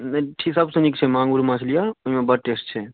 नहि ई सभसँ नीक छै माङुर माँछ लिअ ओहिमे बड़ टेस्ट छै